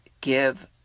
give